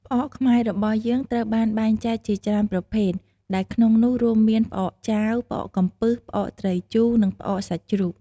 ផ្អកខ្មែររបស់យើងត្រូវបានបែងចែកជាច្រើនប្រភេទ ដែលក្នុងនោះ រួមមាន ផ្អកចាវ ផ្អកកំពឹស ផ្អកត្រីជូរ និង ផ្អកសាច់ជ្រូក។